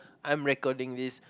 I'm recording this